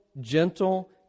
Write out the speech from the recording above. gentle